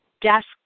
desk